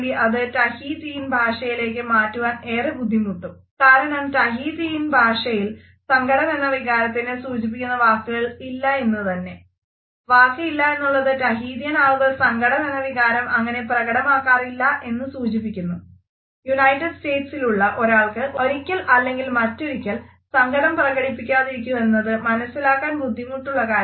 Tahiti ഒരാൾക്ക് ഒരിക്കൽ അല്ലെങ്കിൽ മറ്റൊരിക്കൽ സങ്കടം പ്രകടിപ്പിക്കാതിരിക്കുന്നുവെന്നത് മനസിലാക്കാൻ ബുദ്ധിമുട്ടുള്ള കാര്യമാകാം